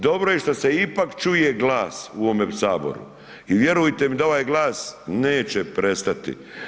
Dobro je što se ipak čuje glas u ovome Saboru i vjerujte da ovaj glas neće prestati.